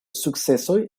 sukcesoj